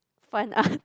fun arts